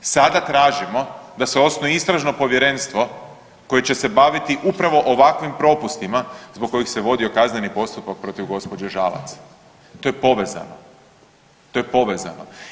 Sada tražimo da se osnuje istražno povjerenstvo koje će se baviti upravo ovakvim propustima zbog kojih se vodio kazneni postupak protiv gospođe Žalac, to je povezano, to je povezano.